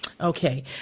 Okay